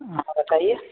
हाँ बताइए